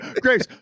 grace